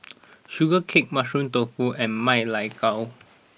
Sugee Cake Mushroom Tofu and Ma Lai Gao